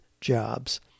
jobs